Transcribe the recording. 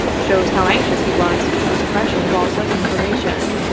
shows how anxious he was for the suppression of all such information.